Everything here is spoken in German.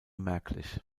merklich